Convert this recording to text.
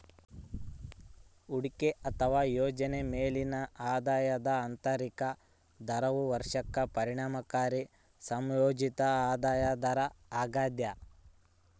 ಹೂಡಿಕೆ ಅಥವಾ ಯೋಜನೆಯ ಮೇಲಿನ ಆದಾಯದ ಆಂತರಿಕ ದರವು ವಾರ್ಷಿಕ ಪರಿಣಾಮಕಾರಿ ಸಂಯೋಜಿತ ಆದಾಯ ದರ ಆಗ್ಯದ